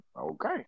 Okay